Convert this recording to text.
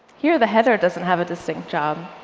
here, the header doesn't have a distinct job.